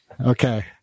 Okay